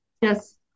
Yes